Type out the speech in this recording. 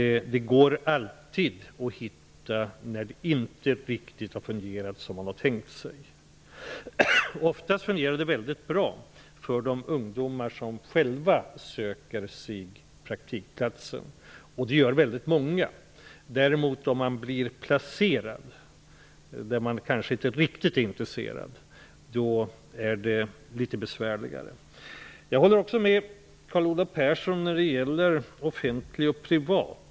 Det går alltid att spåra när det inte riktigt fungerar som man har tänkt sig. Ofta fungerar det väldigt bra för de ungdomar som själva söker praktikplatsen, och det gör väldigt många. Om man däremot blir placerad och inte är riktigt intresserad, är det litet besvärligare. Jag håller med Carl Olov Persson när det gäller offentlig kontra privat sektor.